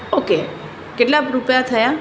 okay કેટલા રૂપિયા થયા